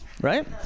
right